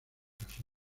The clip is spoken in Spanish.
fracasó